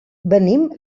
venim